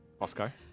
Oscar